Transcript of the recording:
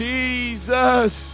Jesus